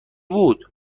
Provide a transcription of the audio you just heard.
بود